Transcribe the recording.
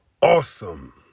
awesome